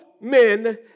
men